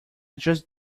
just